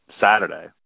Saturday